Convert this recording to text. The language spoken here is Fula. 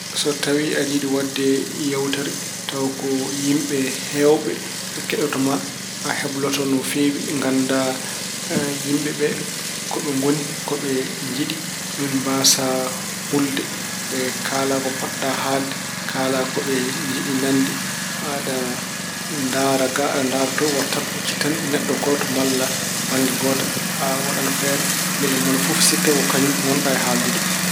So tawi aɗa yiɗi waɗde yeewtere, tawa ko yimɓe heewɓe keɗoto ma, a hebloto no feewi. Gannda yimɓe ɓe ko ɓe ngoni, ko ɓe njiɗi. Ni woni mbaasaa ulde, kaala ko potɗa haalde, kaala ko ɓe njiɗi nande. Aɗa ndaara ga, aɗa ndaar to. Wotaa huccit tan e neɗɗo gooto malla bannge gooto. A waɗan feere mbele moni fof sikka ko kañum ngonɗa e haaldude.